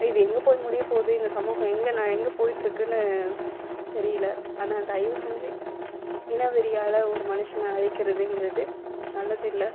இது எங்கே போய் முடியபோகுது இந்த சமூகம் எங்கே எங்கே போய்விட்டு இருக்குதுனு தெரியல ஆனால் தயவு செஞ்சு இனவெறியால் ஒரு மனுஷனை அழிக்குறதுங்கிறது நல்லது இல்லை